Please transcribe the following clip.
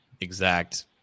exact